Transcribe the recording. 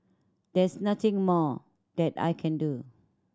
there's nothing more that I can do